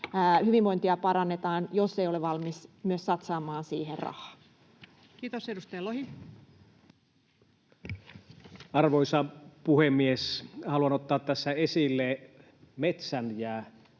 hyvinvointia parannetaan, jos ei ole valmis myös satsaamaan siihen rahaa. Kiitos. — Edustaja Lohi. Arvoisa puhemies! Haluan ottaa tässä esille metsän